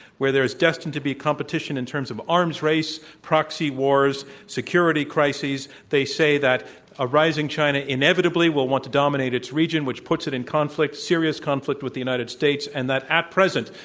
where there is destined to be competition in terms of arms race, proxy wars, security crises. they say that a rising china inevitably will want to dominate its region which puts it in conflict, serious conflict, with the united states, and that at present,